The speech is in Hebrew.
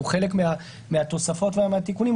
הוא חלק מן התוספות ומן התיקונים,